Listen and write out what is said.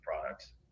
products